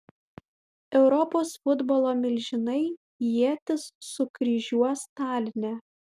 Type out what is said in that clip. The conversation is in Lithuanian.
europos futbolo milžinai ietis sukryžiuos taline